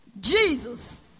Jesus